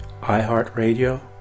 iHeartRadio